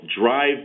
drive